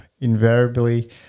invariably